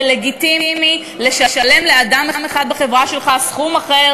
זה לגיטימי לשלם לאדם אחד בחברה שלך סכום אחר